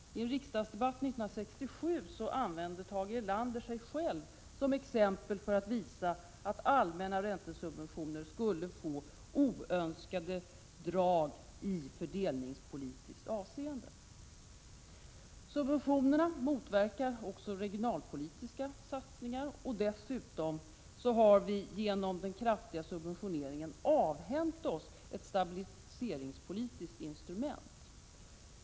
I en riksdagsdebatt 1967 använde Tage Erlander sig själv som exempel för att visa att allmänna räntesubventioner skulle få oönskade drag i fördelningspolitiskt avseende. Subventionerna motverkar också regionalpolitiska satsningar, och dessutom har vi genom den kraftiga subventioneringen avhänt oss ett stabiliseringspolitiskt instrument.